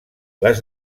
les